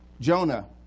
Jonah